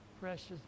precious